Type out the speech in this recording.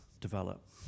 develop